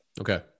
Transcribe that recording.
Okay